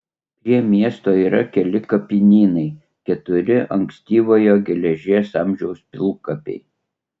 prie miesto yra keli kapinynai keturi ankstyvojo geležies amžiaus pilkapiai